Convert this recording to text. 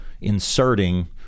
inserting